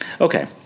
Okay